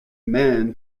man